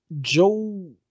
joe